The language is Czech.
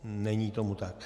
Není tomu tak.